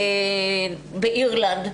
באירלנד,